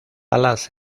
alas